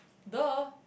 the